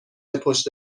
پشت